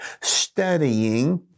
studying